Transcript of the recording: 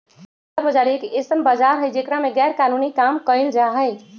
काला बाजार एक ऐसन बाजार हई जेकरा में गैरकानूनी काम कइल जाहई